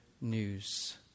news